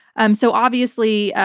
um so obviously,